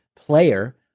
player